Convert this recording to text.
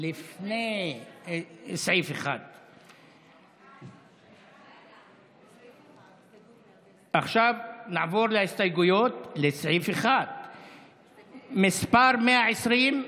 לפני סעיף 1. עכשיו נעבור להסתייגויות לסעיף 1. מס' 120,